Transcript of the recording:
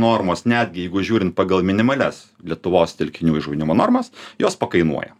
normos netgi jeigu žiūrint pagal minimalias lietuvos telkinių įžuvinimo normas jos pakainuoja